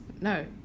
No